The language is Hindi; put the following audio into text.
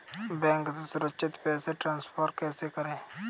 बैंक से सुरक्षित पैसे ट्रांसफर कैसे करें?